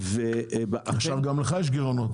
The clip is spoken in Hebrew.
החישוב,